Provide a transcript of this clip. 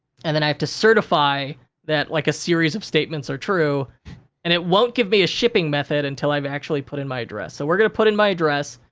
and then, i have to certify that, like, a series of statements are true and it won't give me a shipping method until i've actually put in my address. so, we're gonna put in my address.